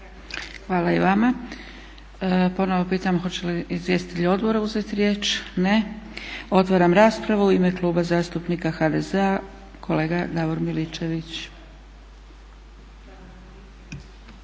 Hvala i vama. Ponovno pitam hoće li izvjestitelji odbora uzeti riječ? Ne. Otvaram raspravu. U ime Kluba zastupnika HDZ-a kolega Davor Miličević.